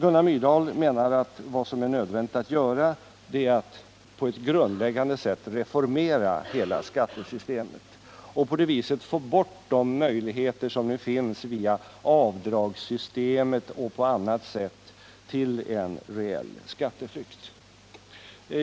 Gunnar Myrdal menar att det är nödvändigt att på ett grundläggande sätt reformera hela skattesystemet för att få bort de möjligheter som nu finns till en reell skatteflykt via avdragssystemet och på annat sätt.